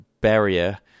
barrier